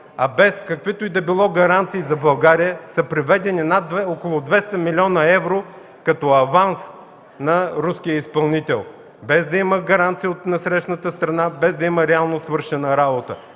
а без каквито и да е било гаранции за България са преведени около 200 млн. евро като аванс на руския изпълнител, без да има гаранция от насрещната страна, без да има реално свършена работа